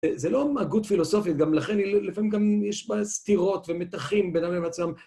זה לא הגות פילוסופית, גם לכן לפעמים גם יש בה סתירות ומתחים בינם לבין עצמם.